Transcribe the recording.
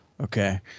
Okay